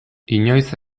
inoiz